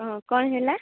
ହଁ କ'ଣ ହେଲା